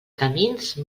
camins